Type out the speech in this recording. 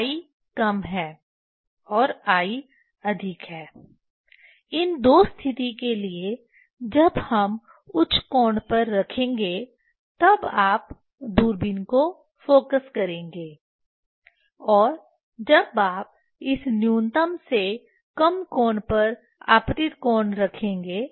i कम है और i अधिक है इन दो स्थिति के लिए जब हम उच्च कोण पर रखेंगे तब आप दूरबीन को फोकस करेंगे और जब आप इस न्यूनतम से कम कोण पर आपतित कोण रखेंगे